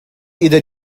either